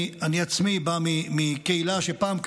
אני עצמי בא מקהילה שפעם,